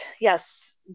yes